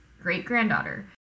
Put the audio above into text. great-granddaughter